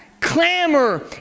clamor